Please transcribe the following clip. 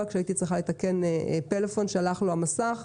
כשהייתי צריכה לתקן פלאפון שהלך לו המסך,